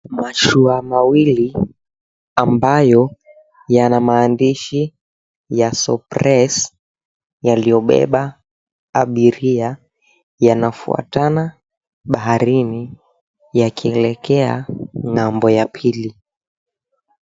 Mashua mawili ambayo yana maandishi ya, Sorpreso yaliyobeba abiria yanafuatana baharini yakielekea ng'ambo ya pili.